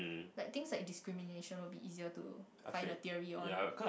like things like discrimination would be easier to find the theory on